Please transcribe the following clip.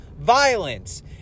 violence